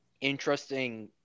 interesting